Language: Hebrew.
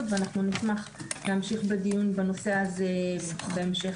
ואנחנו נשמח להמשיך בדיון בנושא הזה בהמשך.